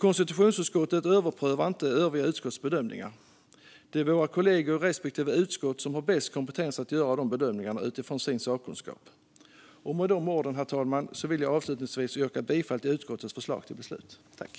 Konstitutionsutskottet överprövar inte övriga utskotts bedömningar. Det är våra kollegor i respektive utskott som har bäst kompetens att göra dessa bedömningar utifrån sin sakkunskap. Med de orden vill jag avslutningsvis yrka bifall till utskottets förslag till beslut, herr talman.